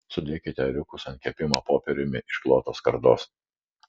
sudėkite ėriukus ant kepimo popieriumi išklotos skardos